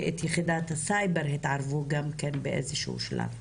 יחידת הסייבר גם התערבו באיזה שהוא שלב.